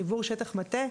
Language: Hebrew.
חיבור שטח-מטה.